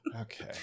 Okay